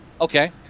Okay